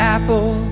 Apple